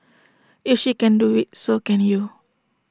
if she can do IT so can you